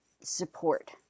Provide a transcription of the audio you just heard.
support